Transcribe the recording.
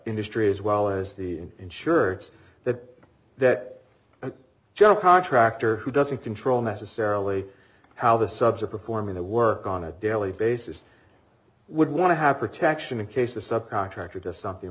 industry as well as the insurance that that general contractor who doesn't control necessarily how the subs are performing the work on a daily basis would want to have protection in case the subcontractor does something